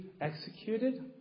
executed